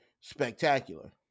spectacular